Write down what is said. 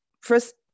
first